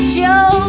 Show